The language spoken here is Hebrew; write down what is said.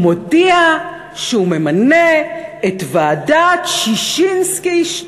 הוא מודיע שהוא ממנה את ועדת ששינסקי 2,